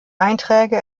einträge